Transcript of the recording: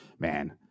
man